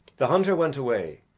the hunter went away,